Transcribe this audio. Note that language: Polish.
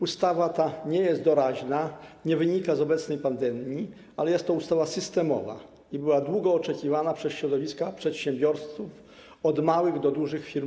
Ustawa ta nie jest doraźna, nie wynika z obecnej pandemii, ale jest to ustawa systemowa i była długo oczekiwana przez środowiska przedsiębiorców, od małych do dużych firm.